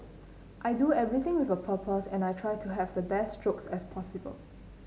I do everything with a purpose and I try to have the best strokes as possible